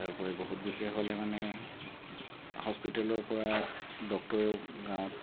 তাৰোপৰি বহুত বিশেষ হ'লে মানে হস্পিটেলৰপৰা ডক্টৰেও গাঁৱত